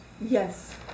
Yes